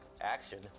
action